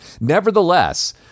Nevertheless